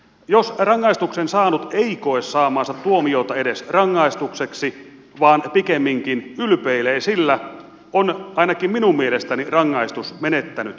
jos rangaistuksen saanut ei koe saamaansa tuomiota edes rangaistukseksi vaan pikemminkin ylpeilee sillä on ainakin minun mielestäni rangaistus menettänyt merkityksensä